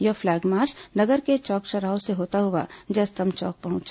यह flag march नगर के चौक चौराहों से होता हुआ जयस्तंभ चौक पहुंचा